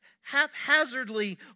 haphazardly